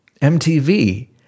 MTV